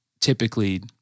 typically